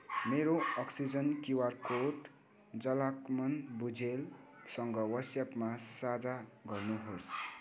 मेरो oxygen QR code Jhalakman भुजेलसँग व्हाट्सएपमा साझा गर्नुहोस्